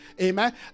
amen